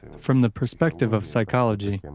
from the perspective of psychology,